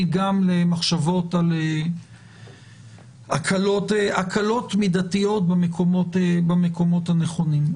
גם למחשבות על הקלות מידתיות במקומות הנכונים.